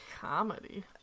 Comedy